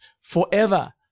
forever